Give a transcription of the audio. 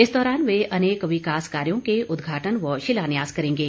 इस दौरान वे अनेक विकास कार्यों के उदघाटन व शिलान्यास करेंगे